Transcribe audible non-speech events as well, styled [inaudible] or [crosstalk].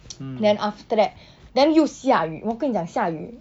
[noise] then after that [breath] then 又下雨我跟你讲下雨